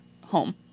home